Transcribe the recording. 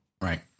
right